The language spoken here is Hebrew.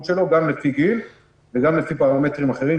שלו גם לפי גיל וגם לפי פרמטרים אחרים,